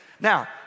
Now